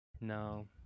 No